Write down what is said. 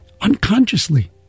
unconsciously